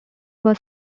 was